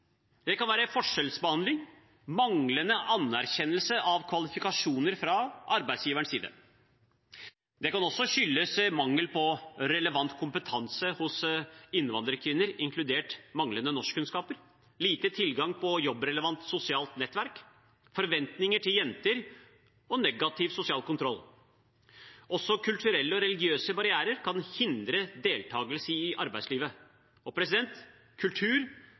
Det kan være forskjellsbehandling og manglende anerkjennelse av kvalifikasjoner fra arbeidsgiverens side. Det kan også skyldes mangel på relevant kompetanse hos innvandrerkvinner, inkludert manglende norskkunnskaper, lite tilgang på jobbrelevant sosialt nettverk, forventninger til jenter og negativ sosial kontroll. Også kulturelle og religiøse barrierer kan hindre deltakelse i arbeidslivet.